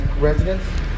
residents